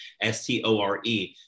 S-T-O-R-E